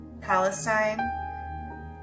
Palestine